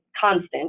constant